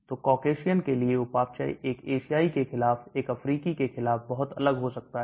तो Caucasian के लिए उपापचय एक एशियाई के खिलाफ एक अफ्रीकी के खिलाफ बहुत अलग हो सकता है